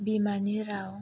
बिमानि राव